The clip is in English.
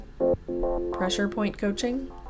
pressurepointcoaching